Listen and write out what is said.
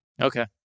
Okay